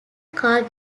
car